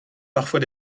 parfois